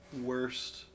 worst